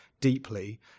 deeply